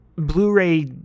Blu-ray